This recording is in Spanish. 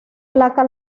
placa